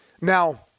Now